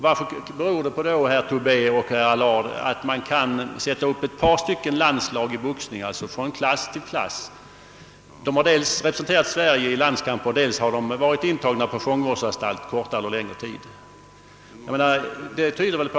Vad beror det då på, herr Tobé och herr Allard, att man kan visa på ett par stycken landslag 1 boxning från klass till klass där medlemmarna dels representerat Sverige i landskamper och dels varit intagna på fångvårdsanstalt kortare eller längre tid?